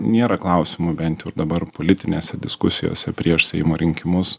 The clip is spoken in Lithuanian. nėra klausimų bent jau dabar politinėse diskusijose prieš seimo rinkimus